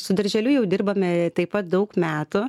su darželiu jau dirbame taip pat daug metų